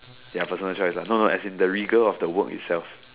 ya personal choice lah no no the rigor of the work itself